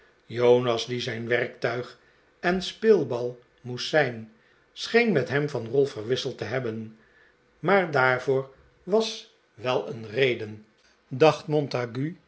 jonas die zijn werktuig en speelbal moest zijn scheen met hem van rol verwisseld te hebben maar daarvoor was wel een reden dacht montague